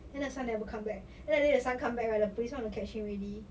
and the son never come back then that day the son come back right the police want to catch him already